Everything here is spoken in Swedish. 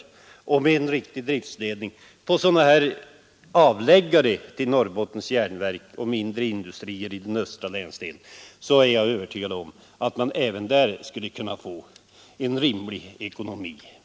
Jag är övertygad om att med en kunnig driftledning skulle sådana här ”avläggare” till Norrbottens järnverk eller andra mindre industrier i östra länsdelen kunna få en rimlig ekonomi.